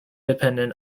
dependent